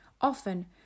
Often